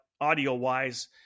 audio-wise